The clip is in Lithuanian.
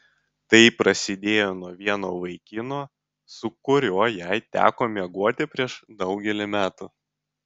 tai prasidėjo nuo vieno vaikino su kuriuo jai teko miegoti prieš daugelį metų